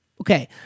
Okay